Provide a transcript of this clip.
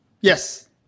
Yes